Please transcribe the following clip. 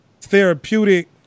therapeutic